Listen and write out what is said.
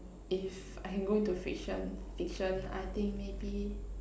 if I can go into fiction fiction I think maybe